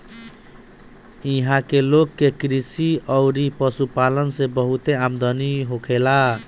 इहां के लोग के कृषि अउरी पशुपालन से बहुते आमदनी होखेला